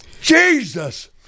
Jesus